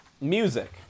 music